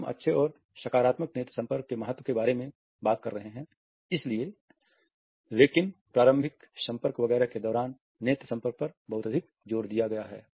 हम अच्छे और सकारात्मक नेत्र संपर्क के महत्व के बारे में बात कर रहे हैं लेकिन प्रारंभिक संपर्क वगैरह के दौरान नेत्र संपर्क पर बहुत अधिक जोर दिया गया है